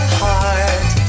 heart